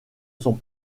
sont